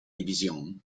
división